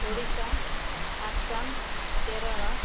Odisha Assam Kerala